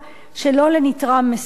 שלא לנתרם מסוים.